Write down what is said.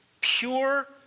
Pure